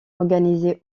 organisé